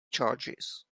charges